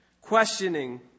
questioning